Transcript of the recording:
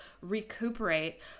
recuperate